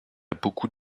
beaucoup